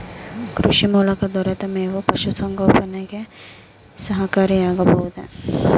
ಕೃಷಿ ಮೂಲಕ ದೊರೆತ ಮೇವು ಪಶುಸಂಗೋಪನೆಗೆ ಸಹಕಾರಿಯಾಗಬಹುದೇ?